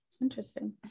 interesting